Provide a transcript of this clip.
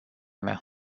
mea